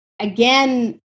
again